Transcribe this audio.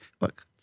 Look